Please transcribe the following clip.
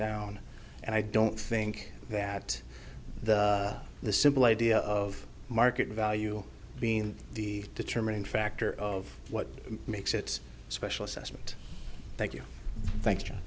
down and i don't think that the simple idea of market value being the determining factor of what makes it special assessment thank you thank